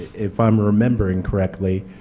if i'm remembering correctly,